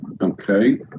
okay